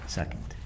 Second